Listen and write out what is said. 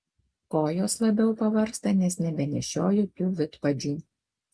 kojos labiau pavargsta nes nebenešioju tų vidpadžių